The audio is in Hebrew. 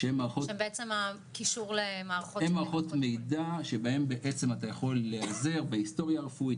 הן מערכות מידע שבהן בעצם אתה יכול להיעזר בהיסטוריה הרפואית,